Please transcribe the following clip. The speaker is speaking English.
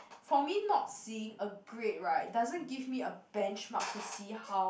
for me not seeing a grade right doesn't give me a benchmark to see how